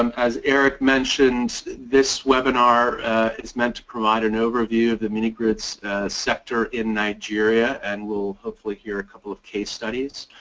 um as eric mentioned this webinar is meant to provide an overview of the mini-grids sector in nigeria, and we'll hopefully hear a couple of case studies.